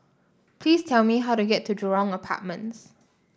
please tell me how to get to Jurong Apartments